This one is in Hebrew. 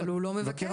אבל הוא לא מבקש.